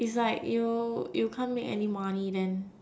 it's like you you can't make any money then